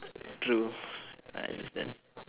true I understand